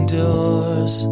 doors